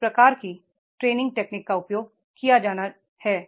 किस प्रकार की ट्रे निंग टेक्निक का उपयोग किया जाना है